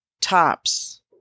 Tops